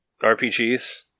RPGs